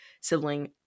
sibling